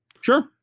sure